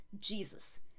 Jesus